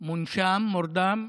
מונשם, מורדם.